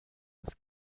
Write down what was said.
als